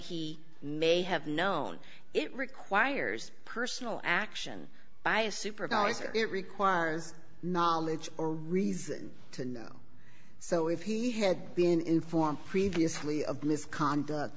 he may have known it requires personal action by a supervisor it requires knowledge or reason to know so if he had been informed previously of misconduct